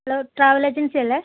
hello travel agency അല്ലെ